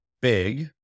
big